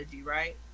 right